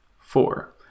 Four